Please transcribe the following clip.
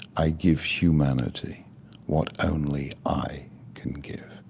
i give humanity what only i can give.